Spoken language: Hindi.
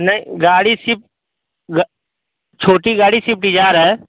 नहीं गाड़ी सिप गा छोटी गाड़ी शिफ्ट डिजायर है